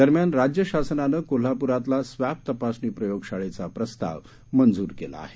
दरम्यान राज्य शासनानं कोल्हापुरातला स्वॅब तपासणी प्रयोग शाळेचा प्रस्ताव मंजुर केला आहे